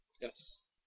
Yes